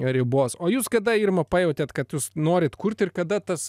ribos o jūs kada irma pajautėt kad jūs norit kurt ir kada tas